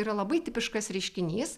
yra labai tipiškas reiškinys